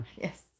Yes